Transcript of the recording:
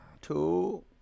Two